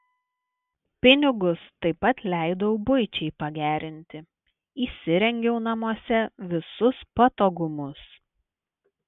pinigus taip pat leidau buičiai pagerinti įsirengiau namuose visus patogumus